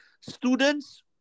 students